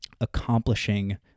accomplishing